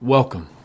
Welcome